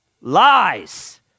Lies